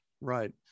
Right